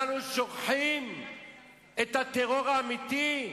אנחנו שוכחים את הטרור האמיתי,